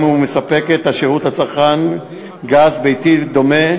הוא מספק את השירות לצרכן גז ביתי דומה,